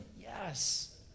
Yes